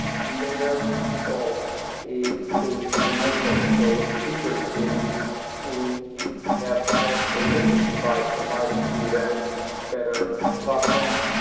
and their goal is to enable so those features team to have higher cadence by providing to them better platform,